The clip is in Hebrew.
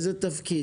איזה תפקיד?